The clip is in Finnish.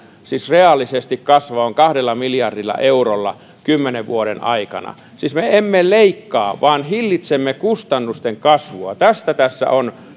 siis reaalisesti kasvavan kahdella miljardilla eurolla kymmenen vuoden aikana siis me emme leikkaa vaan hillitsemme kustannusten kasvua tästä tässä on